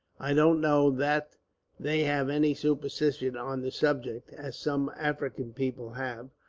i don't know that they have any superstition on the subject, as some african people have,